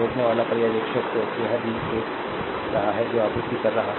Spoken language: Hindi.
रोकनेवाला पर्यवेक्षक तो यह भी देख रहा है जो आपूर्ति कर रहा है